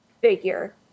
figure